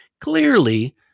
clearly